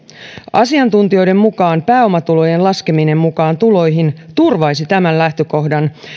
asiantuntijoiden mukaan pääomatulojen laskeminen mukaan tuloihin turvaisi tämän lähtökohdan